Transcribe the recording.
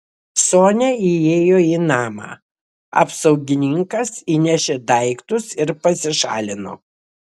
sonia įėjo į namą apsaugininkas įnešė daiktus ir pasišalino